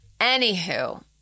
Anywho